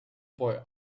boy